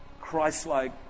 Christ-like